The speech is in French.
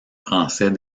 français